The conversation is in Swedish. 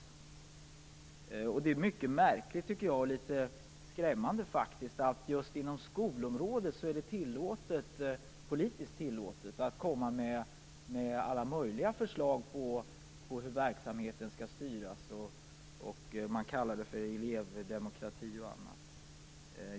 Jag tycker att det är mycket märkligt och faktiskt litet skrämmande att det just inom skolområdet är politiskt tillåtet att komma med alla möjliga förslag till hur verksamheten skall styras. Man kallar det elevdemokrati och annat.